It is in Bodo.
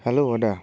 हेलौ आदा